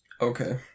Okay